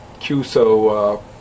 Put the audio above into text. QSO